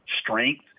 strength